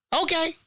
Okay